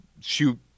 shoot